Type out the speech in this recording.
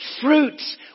fruits